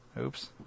Oops